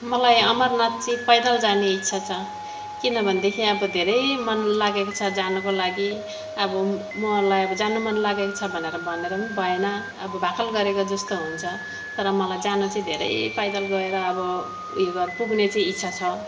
मलाई अमरनाथ चाहिँ पैदल जाने इच्छा छ किन भनेदेखि अब धेरै मन लागेको छ जानुको लागि अब मलाई अब जानु मन लागेको छ भनेर भनेर पनि भएन अब भाकल गरेको जस्तो हुन्छ तर मलाई जानु चाहिँ धेरै पैदल गएर अब ऊ यो गर पुग्ने चाहिँ इच्छा छ